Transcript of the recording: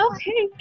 Okay